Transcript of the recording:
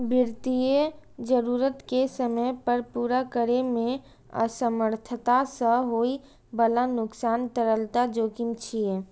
वित्तीय जरूरत कें समय पर पूरा करै मे असमर्थता सं होइ बला नुकसान तरलता जोखिम छियै